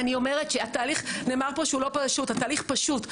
לסיכום, התהליך הוא פשוט.